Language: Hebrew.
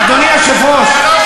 אדוני היושב-ראש,